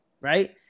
right